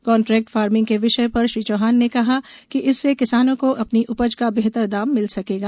contract farming के विषय पर श्री चौहान ने कहा कि इससे किसानों को अपनी उपज का बेहतर दाम मिल सकेगा